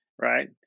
right